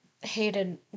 hated